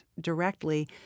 directly